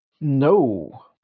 No